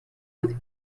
with